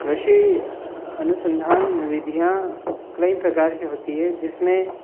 कृषि अनुसंधान विधियाँ क्रई प्रकार की होती हैं जिसमें